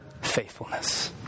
faithfulness